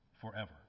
forever